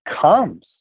comes